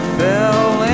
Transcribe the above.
fell